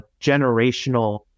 generational